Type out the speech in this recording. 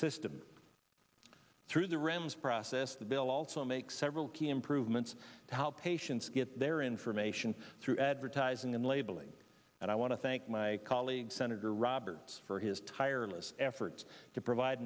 system through the rems process the bill also makes several key improvements to how patients get their information through advertising and labeling and i want to thank my colleague senator roberts for his tireless efforts to provide